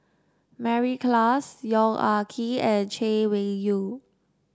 Mary Klass Yong Ah Kee and Chay Weng Yew